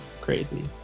crazy